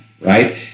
right